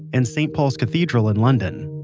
and st paul's cathedral in london.